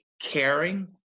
caring